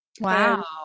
Wow